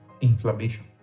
Inflammation